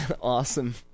awesome